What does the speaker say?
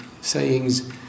sayings